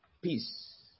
peace